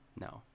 No